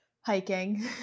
Hiking